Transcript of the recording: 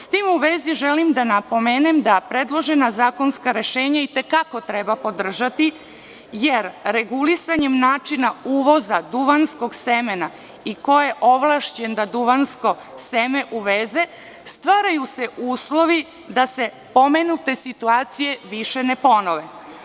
S tim u vezi želim da napomenem da predložena zakonska rešenja i te kako treba podržati jer regulisanjem načina uvoza duvanskog semena i koje ovlašćen da duvansko seme uveze, stvaraju se uslovi da se pomenute situacije više ne ponove.